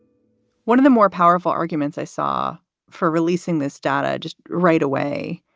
one of the more powerful arguments i saw for releasing this data, just right away,